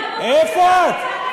איפה את?